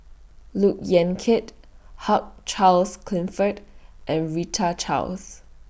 Look Yan Kit Hugh Charles Clifford and Rita Chaos